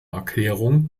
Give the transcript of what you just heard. erklärung